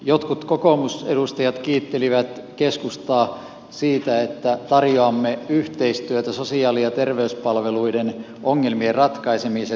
jotkut kokoomusedustajat kiittelivät keskustaa siitä että tarjoamme yhteistyötä sosiaali ja terveyspalveluiden ongelmien ratkaisemisessa